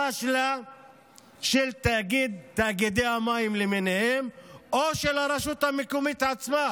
פשלה של תאגידי המים למיניהם או של הרשות המקומית עצמה.